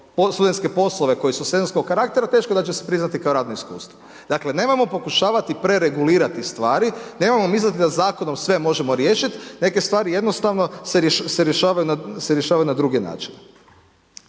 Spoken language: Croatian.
studentske poslove koji su sezonskog karaktera teško da će se priznati kao radno iskustvo. Dakle, nemojmo pokušavati preregulirati stvari, nemojmo misliti da zakonom sve možemo riješiti neke stvari jednostavno se rješavaju na druge načine.